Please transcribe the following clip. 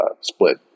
split